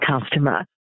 customer